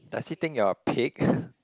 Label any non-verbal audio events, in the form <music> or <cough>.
does he think you're a pig <laughs>